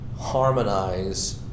harmonize